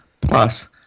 plus